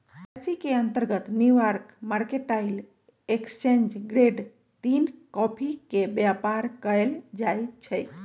केसी के अंतर्गत New York mercantile exchange grade तीन कॉफी के व्यापार कएल जाइ छइ